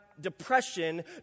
depression